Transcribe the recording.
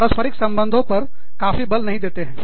पारस्परिक संबंधों पर काफी बल नहीं दे सकते हैं